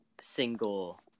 single